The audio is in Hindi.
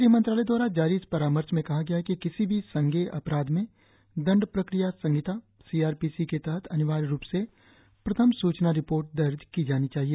गृह मंत्रालय द्वारा जारी इस परामर्श में कहा गया है कि किसी भी संज्ञेय अपराध में दण्ड प्रक्रिया संहिता सीआरपीसी के तहत अनिवार्य रूप से प्रथम सूचना रिपोर्ट दर्ज की जानी चाहिए